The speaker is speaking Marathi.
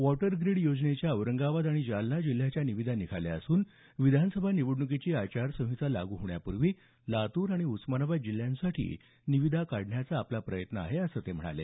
वॉटर ग्रीड योजनेच्या औरंगाबाद आणि जालना जिल्ह्यांच्या निविदा निघाल्या असून विधानसभा निवडणुकीची आचारसंहिता लागू होण्यापूर्वी लातूर आणि उस्मानाबाद जिल्ह्यांसाठी निविदा काढण्याचा आपला प्रयत्न आहे असंही ते म्हणाले